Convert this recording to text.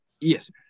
Yes